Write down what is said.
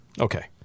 Okay